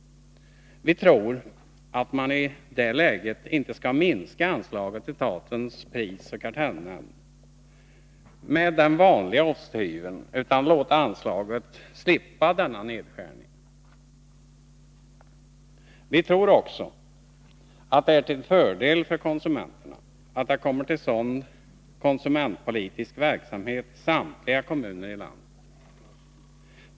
Vi tror att man i detta läge inte skall minska anslaget till statens prisoch kartellnämnd med den vanliga osthyvelsprincipen utan låta anslaget slippa denna nedskärning. Vi tror också att det är till fördel för konsumenterna, om det kommer till stånd konsumentpolitisk verksamhet i samtliga kommuner i landet.